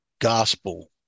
gospel